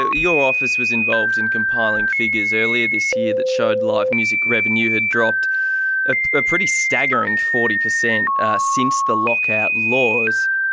ah your office was involved in compiling figures earlier this year that showed live music revenue had dropped a ah pretty staggering forty percent since the lockout laws.